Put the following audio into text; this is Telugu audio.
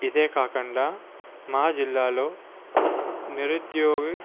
ఇదే కాకుండా మా జిల్లాలో నిరుద్యోగి